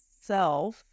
self